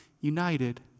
united